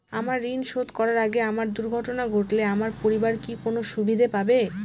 আমার ঋণ শোধ করার আগে আমার দুর্ঘটনা ঘটলে আমার পরিবার কি কোনো সুবিধে পাবে?